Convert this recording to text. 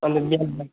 अहिले मिनिमम